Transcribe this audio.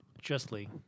justly